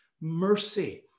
mercy